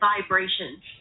vibrations